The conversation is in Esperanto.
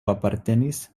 apartenis